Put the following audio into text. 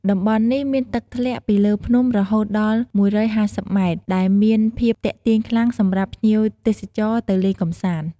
តំបន់នេះ មានទឹកធ្លាក់ពីលើភ្នំរហូតដល់ ១៥០ម៉ែត្រ ដែលមានភាពទាក់ទាញខ្លាំងសម្រាប់ភ្ញៀវទេសចរទៅលេងកម្សាន្ត ។